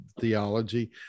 theology